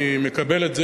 אני מקבל את זה,